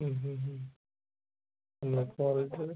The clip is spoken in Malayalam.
എന്നാ പോയിട്ട്